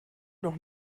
noch